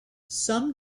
some